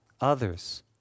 others